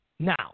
Now